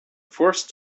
forced